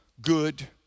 good